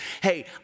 hey